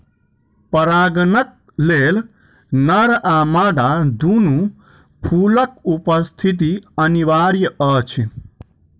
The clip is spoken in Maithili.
परागणक लेल नर आ मादा दूनू फूलक उपस्थिति अनिवार्य अछि